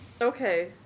Okay